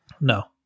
No